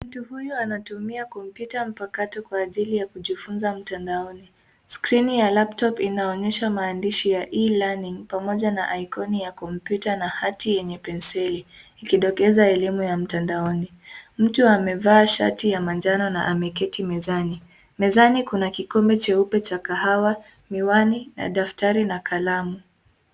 Mtu huyu anatumia komputa mpakato kwa ajili ya kujifunza mtandaoni. Skrini ya (cs)laptop(cs) inaonyesha maandishi ya (cs)Elearning(cs) pamoja na ikoni komputa na hati yenye penseli ikidokeza elimu ya mtandaoni. Mtu amevaa shati ya manjano na ameketi mezani. Mezani kuna kikombe cheupe cha kahawa, miwani na daftari na kalamu.